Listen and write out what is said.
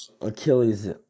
Achilles